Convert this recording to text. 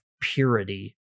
purity